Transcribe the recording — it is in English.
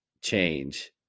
change